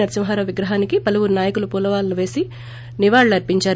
నరసింహారావు విగ్రహానికి పలువురు నాయకులు పూలమాలలు వేసి నివాళుల్పరిందారు